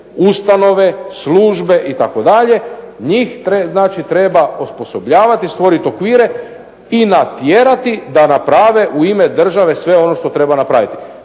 ustanove službe itd. njih treba osposobljavati, stvoriti okvire i natjerati da naprave u ime države sve ono što treba napraviti.